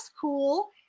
cool